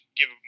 give